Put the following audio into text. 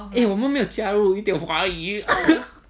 eh 我们没有加入一点华语